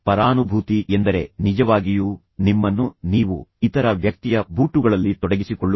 ಪರಾನುಭೂತಿ ಎಂದರೆ ನಿಜವಾಗಿಯೂ ನಿಮ್ಮನ್ನು ನೀವು ಇತರ ವ್ಯಕ್ತಿಯ ಬೂಟುಗಳಲ್ಲಿ ತೊಡಗಿಸಿಕೊಳ್ಳುವುದು